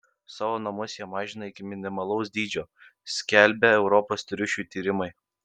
savo namus jie mažina iki minimalaus dydžio skelbia europos triušių tyrimai